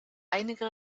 einige